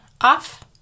off